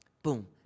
Boom